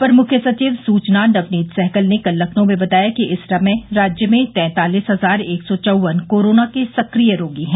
अपर मुख्य सचिव सूचना नवनीत सहगल ने कल लखनऊ में बताया कि इस समय राज्य में तैंतालिस हजार एक सौ चौवन कोरोना के सक्रिय रोगी है